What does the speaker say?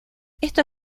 esto